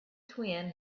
twin